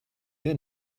der